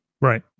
Right